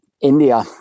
India